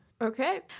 okay